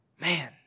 man